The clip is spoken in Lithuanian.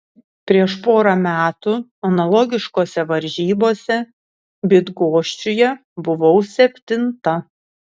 prieš porą metų analogiškose varžybose bydgoščiuje buvau septinta